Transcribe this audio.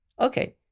Okay